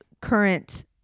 current